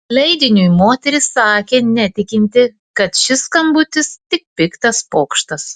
leidiniui moteris sakė netikinti kad šis skambutis tik piktas pokštas